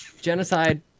Genocide